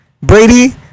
Brady